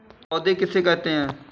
पौध किसे कहते हैं?